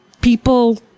People